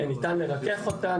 ניתן לרכך אותה,